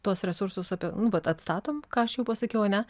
tuos resursus apie nu vat atstatom ką aš jau pasakiau ar ne